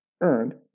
earned